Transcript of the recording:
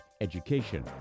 education